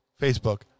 Facebook